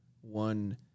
one